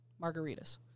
margaritas